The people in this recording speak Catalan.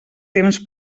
temps